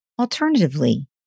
Alternatively